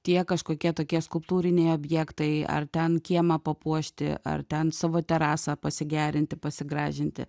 tie kažkokie tokie skulptūriniai objektai ar ten kiemą papuošti ar ten savo terasą pasigerinti pasigražinti